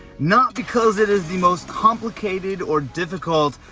not because it is the most complicated or difficult.